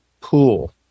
pool